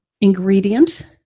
ingredient